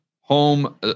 home